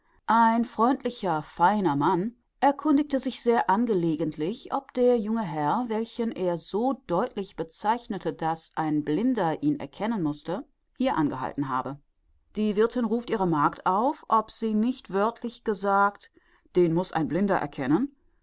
ein freundlicher feiner mann erkundigte sich sehr angelegentlich ob der junge herr welchen er so deutlich bezeichnete daß ein blinder ihn erkennen mußte hier angehalten habe die wirthin ruft ihre magd auf ob sie nicht wörtlich gesagt den muß ein blinder erkennen